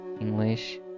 english